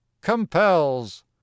compels